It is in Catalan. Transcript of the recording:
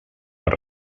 per